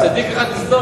רבותי.